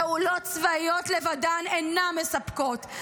פעולות צבאיות לבדן אינן מספקות.